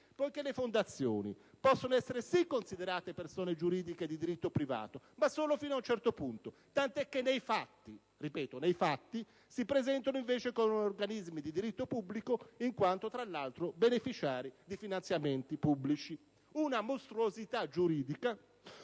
infatti, possono essere sì considerate persone giuridiche di diritto privato, ma solo fino a un certo punto, tant'è che nei fatti (ripeto, nei fatti) si presentano come organismi di diritto pubblico in quanto, tra l'altro, beneficiarie di finanziamenti pubblici. È una mostruosità giuridica,